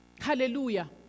Hallelujah